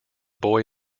boy